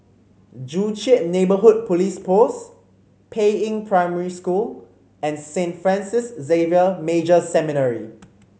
Joo Chiat Neighbourhood Police Post Peiying Primary School and Saint Francis Xavier Major Seminary